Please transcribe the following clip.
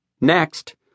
Next